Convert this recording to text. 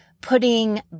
putting